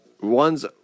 ones